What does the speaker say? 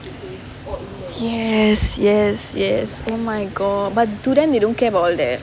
yes yes yes oh my god but to them they don't care about all that